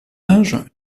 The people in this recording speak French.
âge